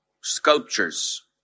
sculptures